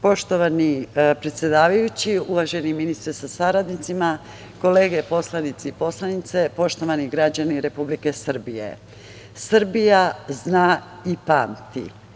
Poštovani predsedavajući, uvaženi ministre, sa saradnicima, kolege poslanici i poslanice, poštovani građani Republike Srbije, Srbija zna i pamti.